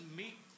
meet